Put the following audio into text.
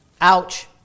Ouch